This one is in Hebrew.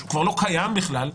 שכבר לא קיים בכלל,